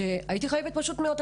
שהייתי חייבת פשוט מאוד,